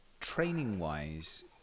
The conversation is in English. Training-wise